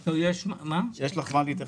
זו לא התקפה על הנצרות,